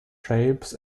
shapes